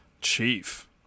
Chief